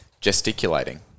Gesticulating